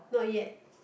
not yet